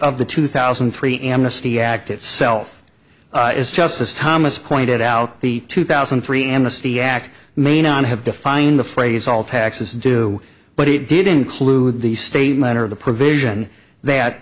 of the two thousand and three amnesty act itself as justice thomas pointed out the two thousand and three amnesty act may not have defined the phrase all taxes do but it did include the statement of the provision that